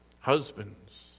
Husbands